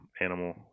animal